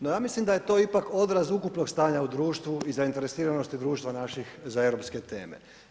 No ja mislim da je to ipak odraz ukupnog stanja u društvu i zainteresiranosti društva naših za europske teme.